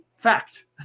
fact